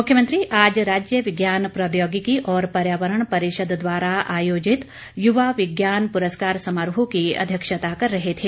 मुख्यमंत्री आज राज्य विज्ञान प्रौद्योगिकी और पर्यावरण परिषद द्वारा आयोजित युवा विज्ञान पुरस्कार समारोह की अध्यक्षता कर रहे थे